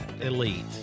elite